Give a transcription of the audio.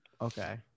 Okay